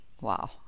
wow